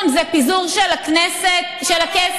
זה לא בכי